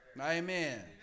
Amen